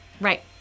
right